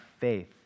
faith